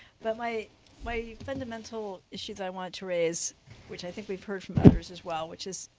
but my my fundamental issues i want to raise which i think we've heard from others as well which is